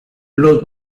los